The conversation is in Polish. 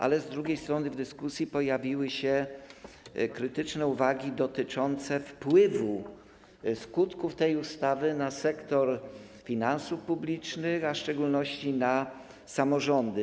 Ale z drugiej strony w dyskusji pojawiły się krytyczne uwagi dotyczące wpływu skutków tej ustawy na sektor finansów publicznych, a w szczególności na samorządy.